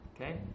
okay